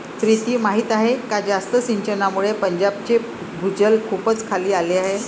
प्रीती माहीत आहे का जास्त सिंचनामुळे पंजाबचे भूजल खूपच खाली आले आहे